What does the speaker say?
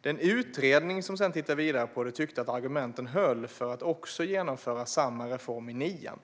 Den utredning som sedan tittade vidare på det tyckte att argumenten höll för att också genomföra samma reform i nian.